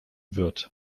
wird